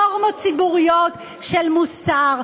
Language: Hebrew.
נורמות ציבוריות של מוסר,